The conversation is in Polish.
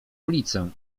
ulicę